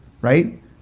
right